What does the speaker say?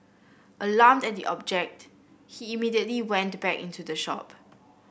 alarmed at the object he immediately went back into the shop